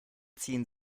ziehen